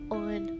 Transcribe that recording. on